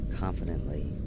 confidently